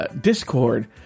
Discord